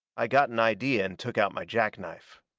i got an idea and took out my jack-knife.